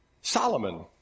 Solomon